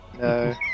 No